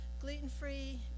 gluten-free